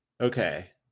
Okay